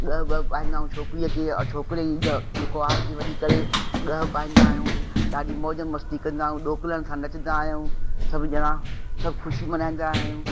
ॻह वह पाईंदा आहियूं छोकिरीअ खे और छोकिरे जी कंवारि खे वञी करे ॻह पाईंदा आहियूं ॾाढी मौजु मस्ती कंदा आहियूं ढोकलनि सां नचंदा आहियूं सभु ॼणा सभु ख़ुशी मल्हाईंदा आहियूं